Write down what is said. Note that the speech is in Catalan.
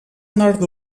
nord